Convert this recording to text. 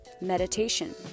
meditation